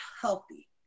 healthy